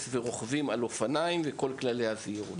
ורוכבים על אופניים עם כל כללי הזהירות.